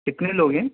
کتنے لوگ ہیں